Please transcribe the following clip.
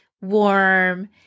warm